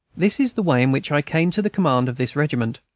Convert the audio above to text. this is the way in which i came to the command of this regiment.